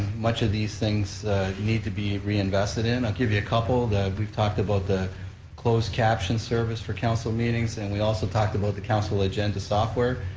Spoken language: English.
much of these things need to be reinvested in, i'll give you a couple that we've talked about, the closed caption service for council meetings, and we also talked about the council agenda software,